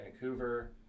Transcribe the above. Vancouver